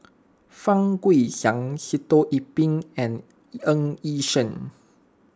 Fang Guixiang Sitoh Yih Pin and Ng Yi Sheng